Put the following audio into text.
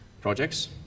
projects